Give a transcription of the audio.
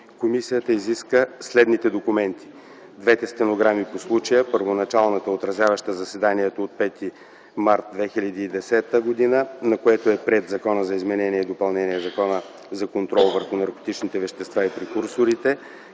Комисията изиска следните документи: двете стенограми по случая – първоначалната, отразяваща заседанието от 5 март 2010 г., на което е приет Закона за изменение и допълнение на Закона за контрол върху наркотичните вещества и прекурсорите,